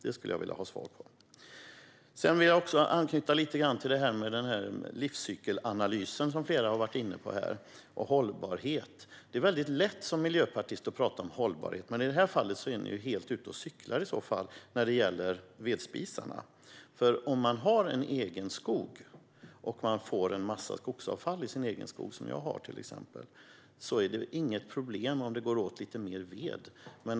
Det skulle jag vilja ha svar på. Sedan vill jag anknyta lite grann till livscykelanalysen, som flera har varit inne på, och hållbarhet. Det är väldigt lätt som miljöpartist att prata om hållbarhet. Men när det gäller vedspisarna är ni helt ute och cyklar. Om man får en massa skogsavfall i sin egen skog, som till exempel jag har, är det inget problem om det går åt lite mer ved.